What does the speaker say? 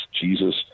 Jesus